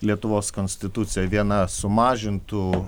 lietuvos konstituciją viena sumažintų